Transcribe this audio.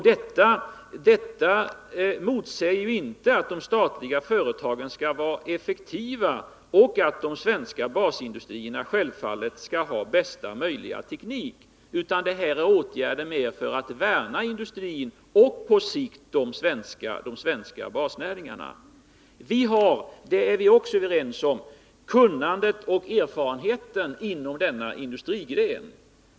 Detta motsäger inte att de statliga företagen skall vara effektiva och att de svenska basindustrierna självfallet skall ha bästa möjliga teknik — detta är åtgärder mer för att värna industrin och på sikt de svenska basnäringarna. Vi har kunnandet och erfarenheterna inom denna industrigren.